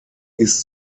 ist